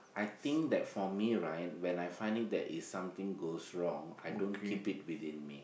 I think that for me right when I find it that there is something goes wrong I don't keep it within me